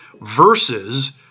versus